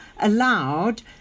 allowed